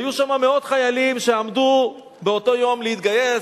היו שם מאות חיילים שעמדו באותו יום להתגייס,